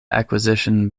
acquisition